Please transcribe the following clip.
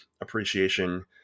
appreciation